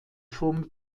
vom